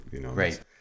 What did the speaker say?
Right